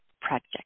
project